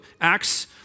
Acts